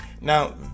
Now